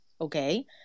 okay